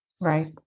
Right